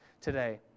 today